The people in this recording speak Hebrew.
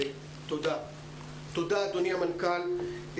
תודה אדוני המנכ"ל.